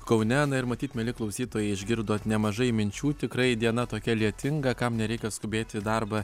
kaune na ir matyt mieli klausytojai išgirdot nemažai minčių tikrai diena tokia lietinga kam nereikia skubėti į darbą